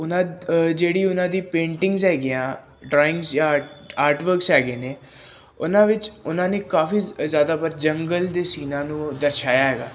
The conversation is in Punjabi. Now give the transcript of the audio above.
ਉਹਨਾਂ ਜਿਹੜੀ ਉਹਨਾਂ ਦੀ ਪੇਂਟਿੰਗਸ ਹੈਗੀਆਂ ਡਰਾਇੰਗ ਜਾਂ ਆਰਟ ਵਰਕਸ ਹੈਗੇ ਨੇ ਉਹਨਾਂ ਵਿੱਚ ਉਹਨਾਂ ਨੇ ਕਾਫੀ ਜ਼ਿਆਦਾਤਰ ਜੰਗਲ ਦੇ ਸੀਨਾਂ ਨੂੰ ਦਰਸ਼ਾਇਆ ਹੈਗਾ